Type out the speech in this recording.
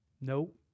Nope